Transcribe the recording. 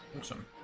Awesome